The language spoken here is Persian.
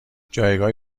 جایگاه